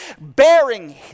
bearing